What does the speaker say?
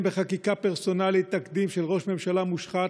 בחקיקה פרסונלית תקדים של ראש ממשלה מושחת,